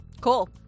Cool